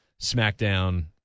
SmackDown